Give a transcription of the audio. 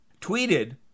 tweeted